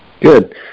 Good